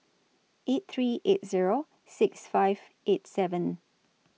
eight three eight Zero six five eight seven